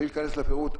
בלי להיכנס לפירוט,